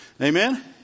Amen